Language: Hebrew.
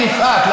יפעת,